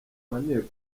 abanye